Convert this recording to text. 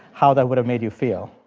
how that would have made you feel